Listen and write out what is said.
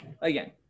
again